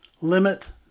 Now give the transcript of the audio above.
limit